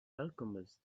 alchemist